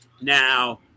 Now